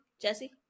Jesse